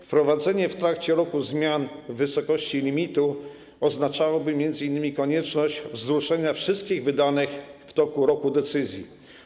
Wprowadzenie w trakcie roku zmian w wysokości limitu oznaczałoby m.in. konieczność wzruszenia wszystkich wydanych w czasie roku decyzji.